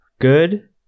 Good